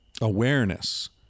awareness